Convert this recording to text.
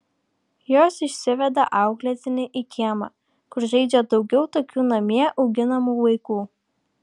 jos išsiveda auklėtinį į kiemą kur žaidžia daugiau tokių namie auginamų vaikų